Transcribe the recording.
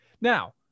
Now